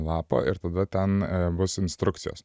lapo ir tada ten bus instrukcijos